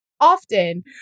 often